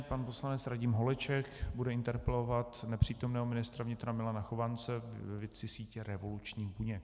Pan poslanec Radim Holeček bude interpelovat nepřítomného ministra vnitra Milana Chovance ve věci sítě revolučních buněk.